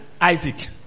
Isaac